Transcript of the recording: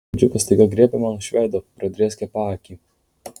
puodžiukas staiga griebė man už veido pradrėskė paakį